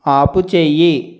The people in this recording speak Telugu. ఆపుచేయి